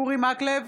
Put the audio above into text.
אורי מקלב,